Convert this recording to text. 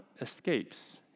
escapes